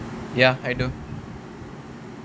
ya I do